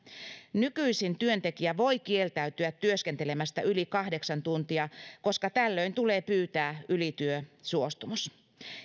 nykyisin työntekijä voi kieltäytyä työskentelemästä yli kahdeksan tuntia koska tällöin tulee pyytää ylityösuostumus